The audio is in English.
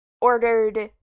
ordered